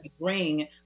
bring